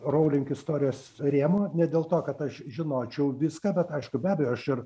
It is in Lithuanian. rowling istorijos rėmo ne dėl to kad aš žinočiau viską bet aišku be abejo aš ir